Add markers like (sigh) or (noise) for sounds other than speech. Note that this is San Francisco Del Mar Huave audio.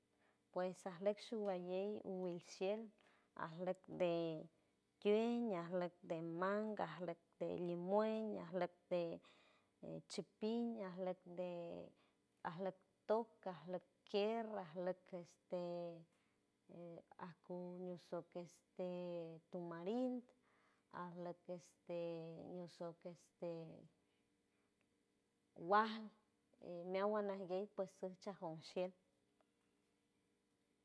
Pues aleyshu (noise) wuey aleyshu wueyley aletdein quein ñaled demanga adelt de limueña alet de chepiña de aleptoca alepto chierra alec este (hesitation) acuñoso este tomarinc ajla que este wuaaj neahuguaña gue pues seacha joun shiel